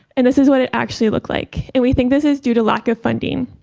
and this is what it actually look like. and we think this is due to lack of funding.